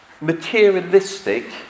materialistic